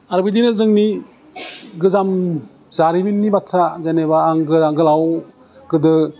आरो बिदिनो जोंनि गोजाम जारिमिननि बाथ्रा जेनेबा आं गोरा गोलाव गोदो